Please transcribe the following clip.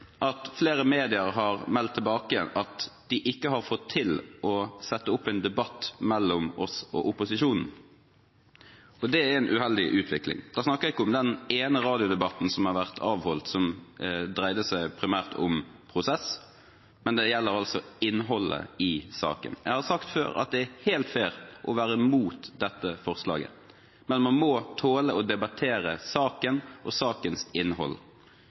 at flere medier har meldt tilbake at de ikke har fått til å sette opp en debatt mellom oss og opposisjonen. Det er en uheldig utvikling. Da snakker jeg ikke om den ene radiodebatten som har vært avholdt, som dreide seg primært om prosess, men det gjelder altså innholdet i saken. Jeg har sagt før at det er helt fair å være imot dette forslaget, men man må tåle å debattere saken og sakens innhold.